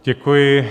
Děkuji.